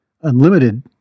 unlimited